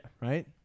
Right